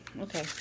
Okay